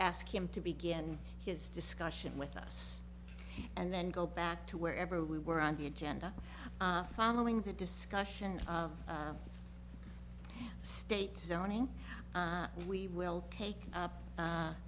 ask him to begin his discussion with us and then go back to wherever we were on the agenda following the discussion of state zoning we will take up